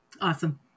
Awesome